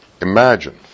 Imagine